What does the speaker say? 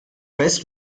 best